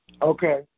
Okay